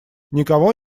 никого